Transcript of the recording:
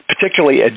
particularly